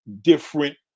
different